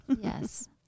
Yes